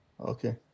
Okay